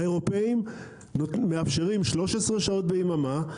האירופים מאפשרים 13 שעות ביממה,